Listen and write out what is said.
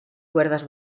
cuerdas